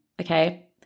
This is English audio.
Okay